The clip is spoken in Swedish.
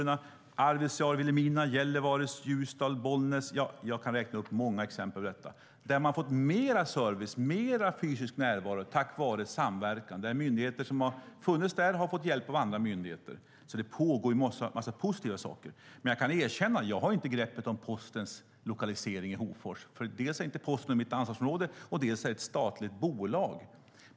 Det gäller även Arvidsjaur, Wilhelmina, Gällivare, Ljusdal och Bollnäs - jag kan räkna upp många exempel på ställen där man har fått mer service och mer fysisk närvaro tack vare samverkan och där myndigheter som fanns där har fått hjälp av andra myndigheter. Det pågår alltså en massa positiva saker. Jag kan dock erkänna att jag inte har grepp om Postens lokalisering i Hofors, för dels är inte Posten mitt ansvarsområde, dels är det ett statligt bolag.